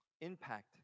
impact